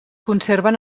conserven